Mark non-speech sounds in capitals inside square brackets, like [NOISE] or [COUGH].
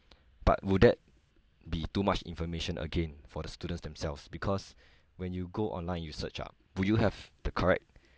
but will that be too much information again for the students themselves because [BREATH] when you go online you search up would you have the correct